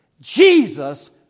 Jesus